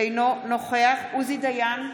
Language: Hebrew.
אינו נוכח עוזי דיין,